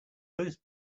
bruce